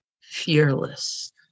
fearless